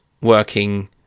working